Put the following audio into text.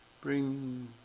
bring